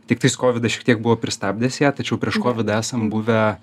tiktais kovidas šiek tiek buvo pristabdęs ją tačiau prieš kovidą esam buvę